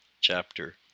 chapter